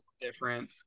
different